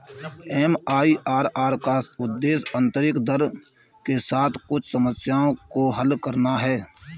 MIRR का उद्देश्य आंतरिक दर के साथ कुछ समस्याओं को हल करना है